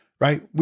Right